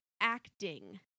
acting